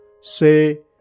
say